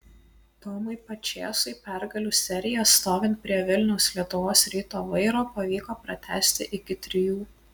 tomui pačėsui pergalių seriją stovint prie vilniaus lietuvos ryto vairo pavyko pratęsti iki trijų